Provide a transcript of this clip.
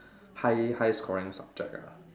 high high scoring subject lah